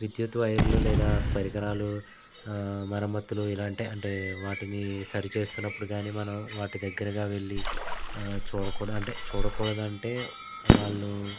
విద్యుత్ వైర్లు లేదా పరికరాలు మరమత్తులు ఇలాంటి అంటే వాటిని సరిచేస్తున్నప్పుడు గానీ మనం వాటి దగ్గరగా వెళ్ళి చూడకూడదు అంటే చూడకూడదు అంటే వాళ్ళు